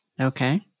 Okay